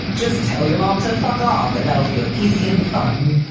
just tell your mom to fuck off and that'll feel easy and fun.